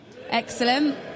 excellent